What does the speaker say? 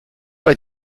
bei